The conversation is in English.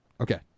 okay